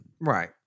Right